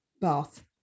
bath